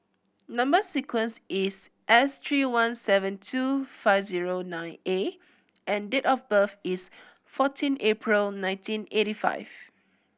number sequence is S three one seven two five zero nine A and date of birth is fourteen April nineteen eighty five